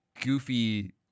goofy